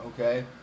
Okay